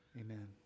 Amen